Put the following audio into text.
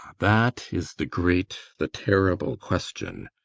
that is the great, the terrible question.